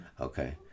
Okay